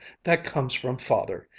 that comes from father,